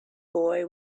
boy